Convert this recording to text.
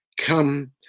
Come